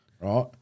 Right